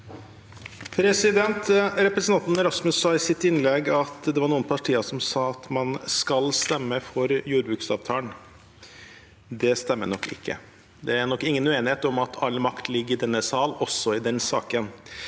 Representan- ten Hansson sa i sitt innlegg at det var noen partier som sa at man skal stemme for jordbruksavtalen. Det stemmer nok ikke. Det er nok ingen uenighet om at all makt ligger i denne sal, også i den saken.